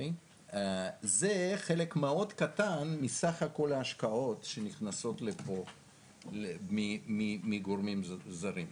זה חלק קטן מאוד מסך כל ההשקעות שנכנסות מגורמים זרים.